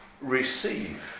receive